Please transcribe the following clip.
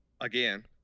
Again